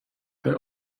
bei